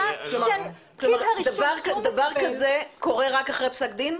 כלומר דבר כזה קורה רק אחרי פסק דין?